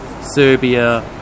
Serbia